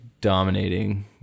dominating